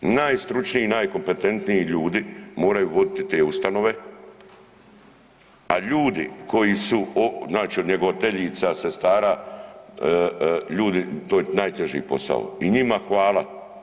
Najstručniji i najkompetentniji ljudi moraju voditi te ustanove, a ljudi koji su, znači od njegovateljica, sestara, ljudi to je najteži posao i njima hvala.